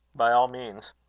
by all means.